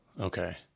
Okay